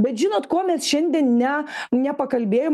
bet žinot ko mes šiandien ne nepakalbėjom